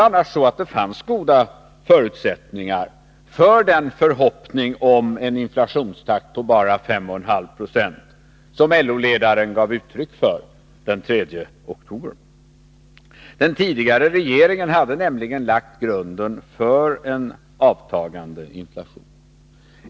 Annars fanns ju goda förutsättningar för den förhoppning om en inflationstakt på bara 5,5 96 som LO-ledaren gav uttryck för den 3 oktober. Den tidigare regeringen hade nämligen lagt grunden för en avtagande inflation.